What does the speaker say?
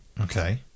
Okay